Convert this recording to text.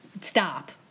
stop